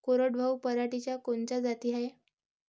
कोरडवाहू पराटीच्या कोनच्या जाती हाये?